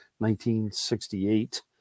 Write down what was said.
1968